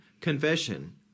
confession